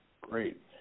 Great